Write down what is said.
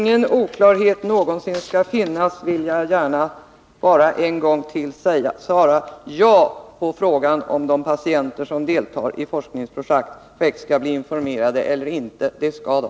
Herr talman! För att ingen oklarhet skall finnas vill jag gärna en gång till svara ja på frågan om de patienter som deltar i forskningsprojekt skall bli informerade eller inte. Det skall de.